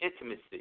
intimacy